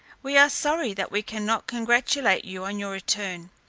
we are sorry that we cannot congratulate you on your return,